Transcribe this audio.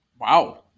Wow